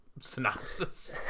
synopsis